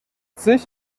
sich